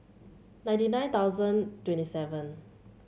ninety nine thousand twenty seven